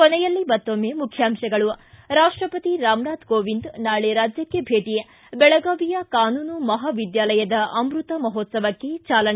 ಕೊನೆಯಲ್ಲಿ ಮತ್ತೊಮ್ಮೆ ಮುಖ್ಯಾಂಶಗಳು ಿತಿ ರಾಷ್ಟಪತಿ ರಾಮನಾಥ ಕೋವಿಂದ್ ನಾಳೆ ರಾಜ್ಯಕ್ಷೆ ಭೇಟಿ ಬೆಳಗಾವಿಯ ಕಾನೂನು ಮಹಾವಿದ್ಯಾಲಯದ ಅಮೃತಮಹೋತ್ಸವಕ್ಕೆ ಚಾಲನೆ